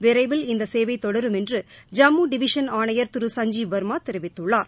விரைவில் இந்த சேவை தொடரும் என்று ஜம்மு டிவிஷன் ஆணையர் திரு சுஞ்ஜீவ் வர்மா தெரிவித்துள்ளார்